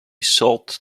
salt